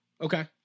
Okay